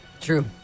True